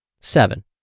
Seven